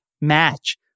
match